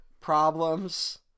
problems